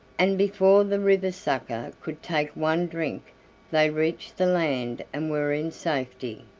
and before the river-sucker could take one drink they reached the land and were in safety.